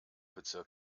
bezirk